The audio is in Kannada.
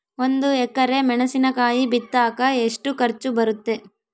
ಒಂದು ಎಕರೆ ಮೆಣಸಿನಕಾಯಿ ಬಿತ್ತಾಕ ಎಷ್ಟು ಖರ್ಚು ಬರುತ್ತೆ?